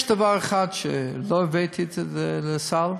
יש דבר אחד שלא הבאתי לסל,